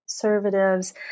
conservatives